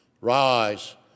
Rise